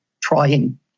trying